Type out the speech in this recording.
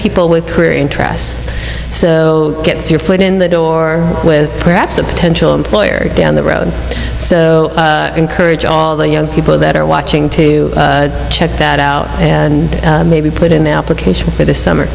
people with career interests so gets your foot in the door with perhaps a potential employer down the road so encourage all the young people that are watching to check that out and maybe put in an application for the summer